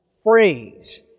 phrase